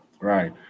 Right